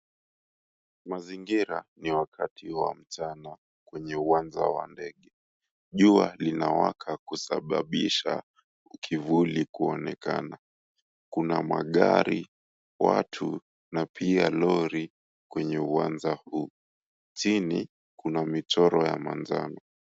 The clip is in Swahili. Mazingira ni ya wakati wa mchana kwenye uwanja wa ndege, jua linawaka kusababisha kivuli kuonekana, kuna magari, watu na pia lori kwenye uwanja huu. Chini kuna michoro ya manjano.